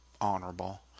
honorable